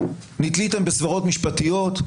נתליתם בסברות משפטיות,